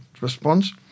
response